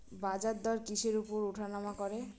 বাজারদর কিসের উপর উঠানামা করে?